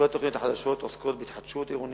כל התוכניות החדשות עוסקות בהתחדשות עירונית,